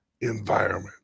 environment